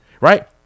Right